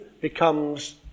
becomes